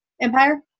Empire